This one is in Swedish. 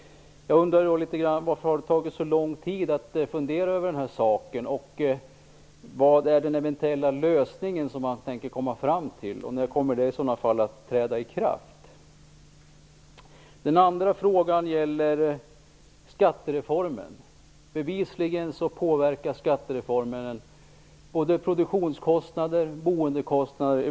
Jag undrar då varför det har tagit regeringen så lång tid att fundera över den här saken. Vilken är den eventuella lösning som man tänker komma fram till? När kommer den i så fall att träda i kraft? Den andra frågan gäller skattereformen. Bevisligen påverkar skattereformen i hög grad både produktionskostnader och boendekostnader.